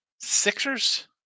sixers